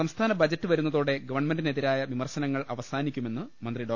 സംസ്ഥാന ബജറ്റ് വരുന്നതോടെ ഗവൺമെന്റിനെതിരായ വിമർശനങ്ങൾ അവസാനിക്കുമെന്ന് മന്ത്രി ഡോ